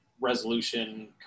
resolution